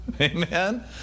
Amen